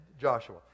joshua